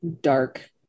dark